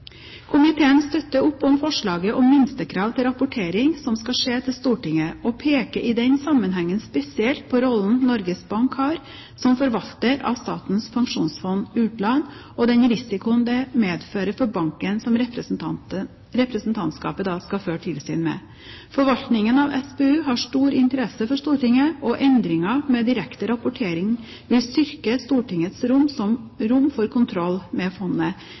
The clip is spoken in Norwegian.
Komiteen støtter opp om forslaget om minstekrav til rapportering som skal skje til Stortinget, og peker i den sammenhengen spesielt på rollen Norges Bank har som forvalter av Statens pensjonsfond utland og den risikoen dette medfører for banken som representantskapet skal føre tilsyn med. Forvaltningen av SPU har stor interesse for Stortinget, og endringen med direkte rapportering vil styrke Stortingets rom for kontroll med forvaltningen av fondet.